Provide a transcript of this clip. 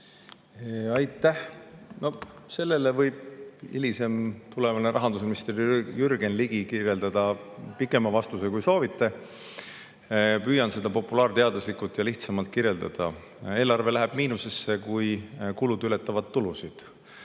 Aitäh! Sellele võib tulevane rahandusminister Jürgen Ligi [anda] pikema vastuse, kui te soovite. Püüan seda populaarteaduslikult ja lihtsamalt kirjeldada. Eelarve läheb miinusesse, kui kulud ületavad tulusid.